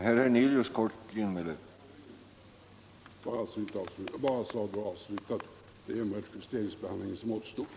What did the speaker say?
Herr talman! Sakbehandlingen var ändå avslutad. Det var endast justeringen som återstod.